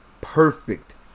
perfect